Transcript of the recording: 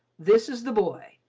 this is the boy.